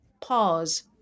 pause